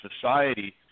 society